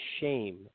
shame